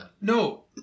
no